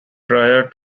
prior